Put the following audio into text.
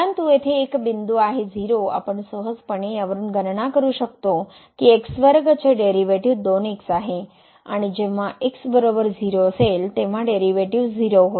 परंतु येथे एक बिंदू आहे 0 आपण सहजपणे यावरून गणना करू शकतो किचे डेरीवेटिव 2x आहे आणि जेंव्हा x बरोबर 0 असेल तेंव्हा डेरीवेटिव 0 होईल